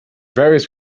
various